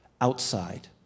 outside